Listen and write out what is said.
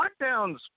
lockdowns